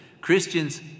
Christians